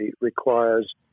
requires